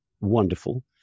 wonderful